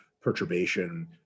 perturbation